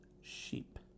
sheep